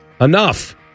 enough